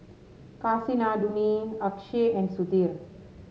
Kasinadhuni Akshay and Sudhir